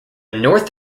north